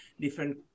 different